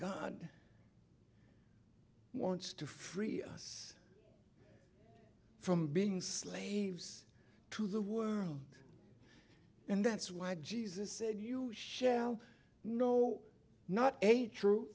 god wants to free us from being slaves to the world and that's why jesus said you shall know not a tru